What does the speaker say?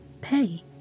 pay